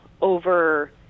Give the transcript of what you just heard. over